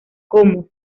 como